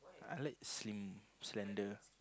I like slim slender